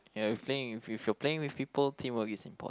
if you're playing if you're playing with people teamwork is important